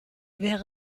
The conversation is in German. wäre